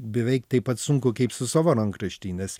beveik taip pat sunku kaip su savo rankraštį nes